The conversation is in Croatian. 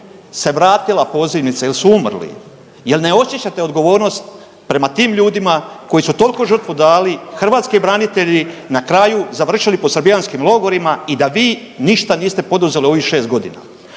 se vratila pozivnica jel su umrli, jel ne osjećate odgovornost prema tim ljudima koji su toliku žrtvu dali, hrvatski branitelji na kraju završili po srbijanskim logorima i da vi ništa niste poduzeli u ovih 6.g.?